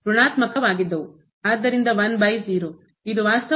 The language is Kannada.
ಆದ್ದರಿಂದ 10 ಇದು ವಾಸ್ತವವಾಗಿ